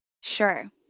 Sure